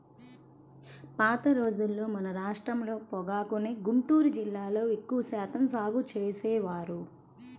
పాత రోజుల్లో మన రాష్ట్రంలో పొగాకుని గుంటూరు జిల్లాలో ఎక్కువ శాతం సాగు చేసేవారు